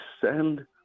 send